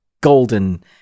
golden